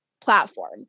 platform